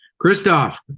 Christoph